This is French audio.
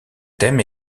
thème